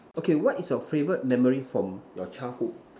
okay what is your favourite memory from your childhood